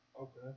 Okay